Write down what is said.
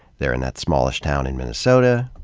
there in that smallish town in minnesota.